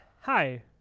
Hi